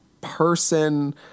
person